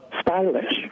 stylish